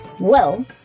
Well